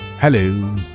Hello